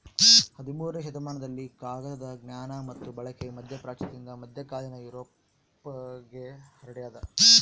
ಹದಿಮೂರನೇ ಶತಮಾನದಲ್ಲಿ ಕಾಗದದ ಜ್ಞಾನ ಮತ್ತು ಬಳಕೆ ಮಧ್ಯಪ್ರಾಚ್ಯದಿಂದ ಮಧ್ಯಕಾಲೀನ ಯುರೋಪ್ಗೆ ಹರಡ್ಯಾದ